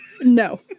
No